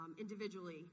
individually